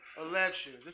elections